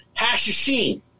Hashishin